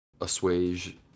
assuage